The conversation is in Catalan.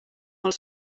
els